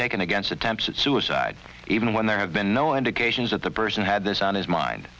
taken against attempts at suicide even when there had been no indications that the person had this on his mind